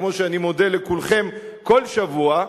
כמו שאני מודה לכולכם כל שבוע,